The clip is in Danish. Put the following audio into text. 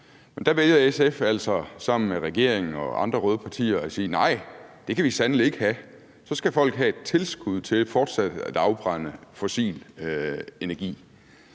Der vælger SF altså sammen med regeringen og andre røde partier at sige: Nej, det kan vi sandelig ikke have, så skal folk have et tilskud til fortsat at afbrænde fossil energi.